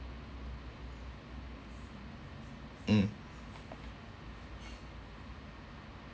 mm